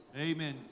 Amen